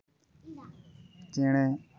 ᱪᱮᱬᱮ